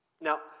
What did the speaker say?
Now